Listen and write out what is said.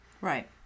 Right